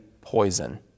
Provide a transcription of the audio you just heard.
poison